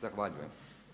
Zahvaljujem.